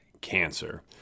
cancer